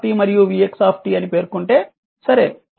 i మరియు vx అని పేర్కొంటే సరే